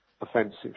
offensive